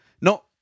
No